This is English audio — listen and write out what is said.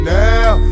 now